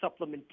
supplementation